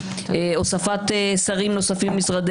הוספת שרים נוספים למשרדי